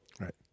Right